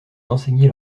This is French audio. d’enseigner